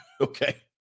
Okay